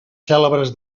cèlebres